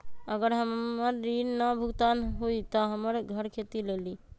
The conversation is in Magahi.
अगर हमर ऋण न भुगतान हुई त हमर घर खेती लेली?